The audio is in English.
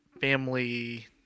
family